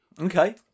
Okay